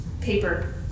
paper